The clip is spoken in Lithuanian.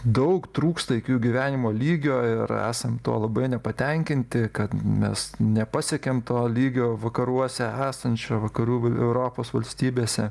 daug trūksta iki jų gyvenimo lygio ir esam tuo labai nepatenkinti kad mes nepasiekėm to lygio vakaruose esančio vakarų europos valstybėse